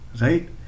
Right